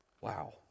Wow